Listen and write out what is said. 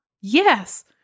yes